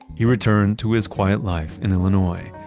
he returned to his quiet life in illinois,